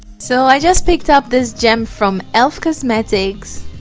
so i just picked up this gem from elf cosmetics